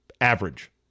average